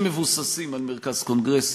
שמבוססים על מרכז קונגרסים,